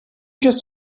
just